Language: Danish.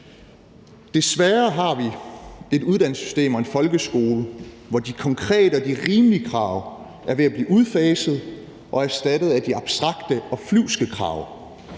Desværre har vi et uddannelsessystem og en folkeskole, hvor de konkrete og de rimelige krav er ved at blive udfaset og erstattet af de abstrakte og flyvske krav.